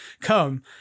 come